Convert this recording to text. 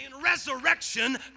resurrection